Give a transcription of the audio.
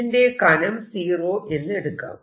ഇതിന്റെ കനം സീറോ എന്ന് എടുക്കാം